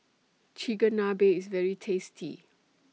Chigenabe IS very tasty